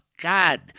God